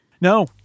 No